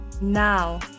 Now